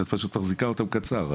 שאת פשוט מחזיקה אותם קצר.